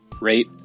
rate